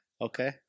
Okay